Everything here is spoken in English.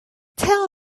tell